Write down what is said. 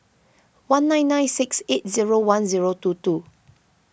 one nine nine six eight zero one zero two two